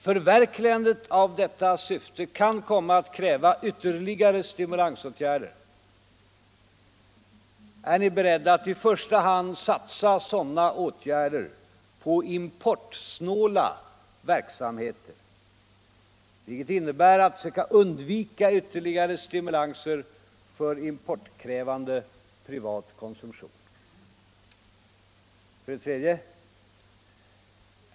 Förverkligandet av detta syfte kan komma att kräva ytterligare stimulansåtgärder. Är ni beredda att i första hand satsa sådana åtgärder på importsnåla verksamheter, vilket innebär att undvika ytterligare sti mulanser för importkrävande privat konsumtion? 3.